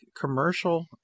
commercial